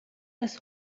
das